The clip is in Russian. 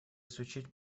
изучить